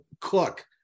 cook